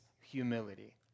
humility